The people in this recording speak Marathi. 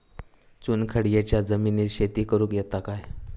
चुनखडीयेच्या जमिनीत शेती करुक येता काय?